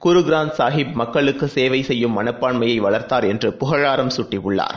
குரு க்ரந்த் சாஹிப் மக்களுக்குசேவைசெய்யும் மனப்பான்மையைவளர்த்தார் என்று புகழாரம் சூட்டினார்